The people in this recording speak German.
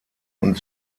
und